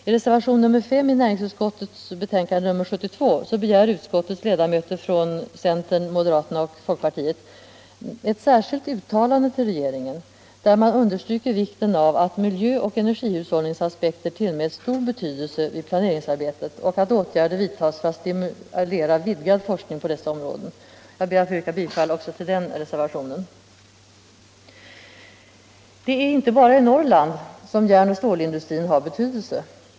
I reservation nr 5 i näringsutskottets betänkande 1975/76:72 begär utskottets ledamöter från centern, moderata samlingspartiet och folkpartiet ett särskilt uttalande till regeringen där man understryker vikten av att miljöoch energihushållningsaspekter tillmäts stor betydelse vid planeringsarbetet och av att åtgärder vidtas för att stimulera vidgad forskning på dessa områden. Jag ber att få yrka bifall också till denna reservation. Det är inte bara i Norrland som järnoch stålindustrin har betydelse.